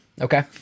Okay